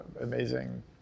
amazing